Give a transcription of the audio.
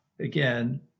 Again